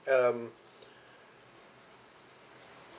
um